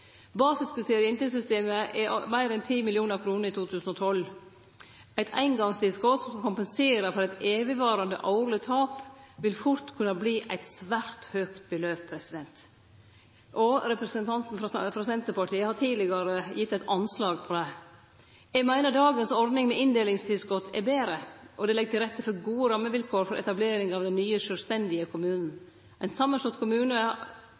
inntektssystemet er på meir enn 10 mill. kr i 2012. Eit eingongstilskot som skal kompensere for eit evigvarande, årleg tap, vil fort kunne verte eit svært høgt beløp. Representanten frå Senterpartiet har tidlegare gitt eit anslag over det. Eg meiner dagens ordning med inndelingstilskot er betre, og det legg til rette for gode rammevilkår for etablering av den nye, sjølvstendige kommunen. Ein samanslått kommune